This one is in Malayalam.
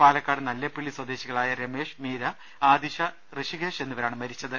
പാലക്കാട് നല്ലേപ്പിള്ളി സ്വദേശികളായ രമേഷ് മീര ആദിഷ ഋഷി കേശ് എന്നിവരാണ് മരിച്ചത്